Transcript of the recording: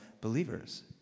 believers